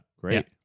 Great